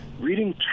Reading